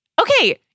okay